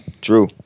True